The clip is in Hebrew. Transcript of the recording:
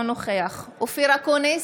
אינו נוכח אופיר אקוניס,